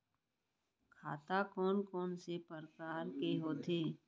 खाता कोन कोन से परकार के होथे?